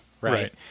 right